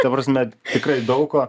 ta prasme tikrai daug ko